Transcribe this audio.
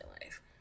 life